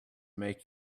make